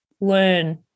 learn